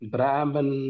Brahman